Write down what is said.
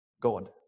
God